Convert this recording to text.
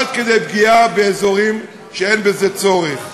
עד כדי פגיעה באזורים כשאין בזה צורך.